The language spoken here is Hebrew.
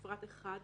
בפרט 1,